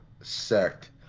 sect